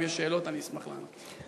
אם יש שאלות, אני אשמח לענות.